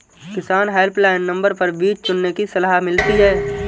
किसान helpline number पर बीज चुनने की सलाह मिलती है